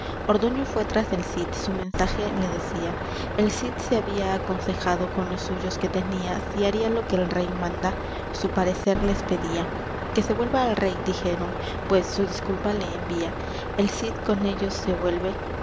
ordoño fué tras del cid su mensaje le decía el cid se había aconsejado con los suyos que tenía si haría lo que el rey manda su parecer les pedía que se vuelva al rey dijeron pues su disculpa le envía el cid con ellos se vuelve